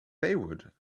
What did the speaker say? baywood